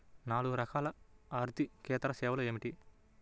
నాలుగు రకాల ఆర్థికేతర సేవలు ఏమిటీ?